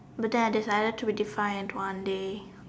but then I decided to redefine it one day